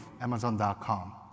Amazon.com